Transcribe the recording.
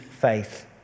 faith